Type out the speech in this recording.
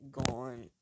gone